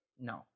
No